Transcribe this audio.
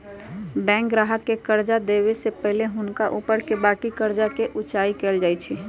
bank गाहक के कर्जा देबऐ से पहिले हुनका ऊपरके बाकी कर्जा के जचाइं कएल जाइ छइ